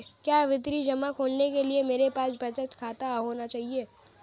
क्या आवर्ती जमा खोलने के लिए मेरे पास बचत खाता होना चाहिए?